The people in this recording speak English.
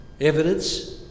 evidence